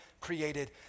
created